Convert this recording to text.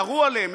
ירו עליהם,